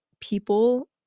people